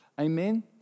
Amen